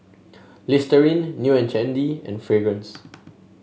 Listerine New And Trendy and Fragrance